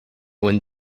when